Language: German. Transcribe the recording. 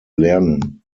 lernen